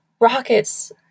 rockets